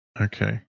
Okay